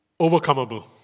overcomable